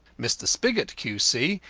mr. spigot, q c,